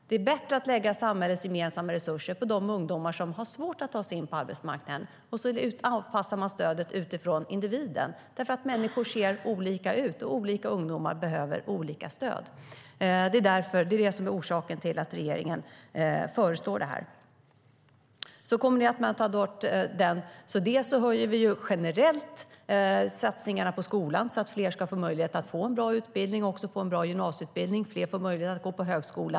Det är bättre att lägga samhällets gemensamma resurser på de ungdomar som har svårt att ta sig in på arbetsmarknaden och att anpassa stödet till individen. Människor ser olika ut, och olika ungdomar behöver olika stöd. Det är orsaken till att regeringen föreslår det här. Vi ökar generellt satsningarna på skolan så att fler får möjlighet till en bra gymnasieutbildning och möjlighet att gå på högskola.